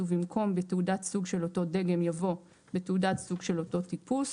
ובמקום "בתעודת סוג של אותו דגם" יבוא "בתעודת סוג של אותו טיפוס".